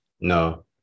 No